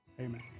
Amen